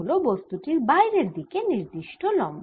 n হলো বস্তুটির বাইরের দিকে নির্দিষ্ট লম্ব